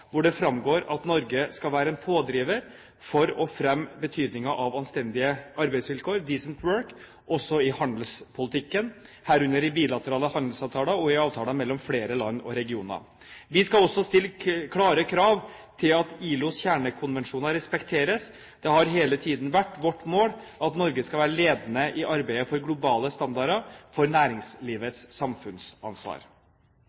hvor det står: «Norge skal være en pådriver for å fremme betydningen av anstendige arbeidsvilkår også i handelspolitikken, herunder i bilaterale handelsavtaler og i avtaler mellom flere land og regioner.» Vi skal også stille klare krav til at ILOs kjernekonvensjoner respekteres. Det har hele tiden vært vårt mål at Norge skal være ledende i arbeidet for globale standarder for